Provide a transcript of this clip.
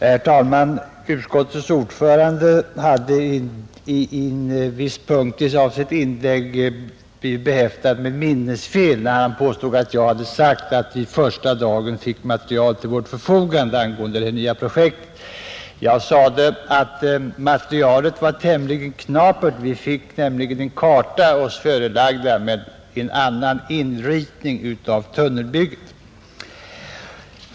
Herr talman! Utskottets ordförande hade på en punkt i sitt inlägg blivit behäftad med minnesfel, när han påstod att jag hade sagt att vi i utskottet redan första dagen fick material till vårt förfogande angående det nya projektet. Jag sade att materialet var tämligen knapert — vi fick nämligen en karta oss förelagd med en annan inritning av tunnelbygget.